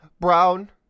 Brown